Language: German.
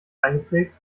eingeprägt